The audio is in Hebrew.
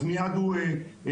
מיד הוא מותקף.